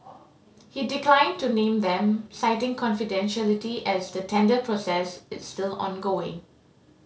he declined to name them citing confidentiality as the tender process is still ongoing